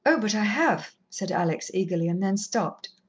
oh, but i have, said alex eagerly, and then stopped.